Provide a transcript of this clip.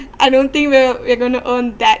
I don't think we're we're going to earn that